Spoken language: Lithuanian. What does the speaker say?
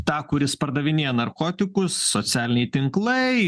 tą kuris pardavinėja narkotikus socialiniai tinklai